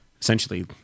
essentially